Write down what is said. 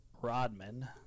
rodman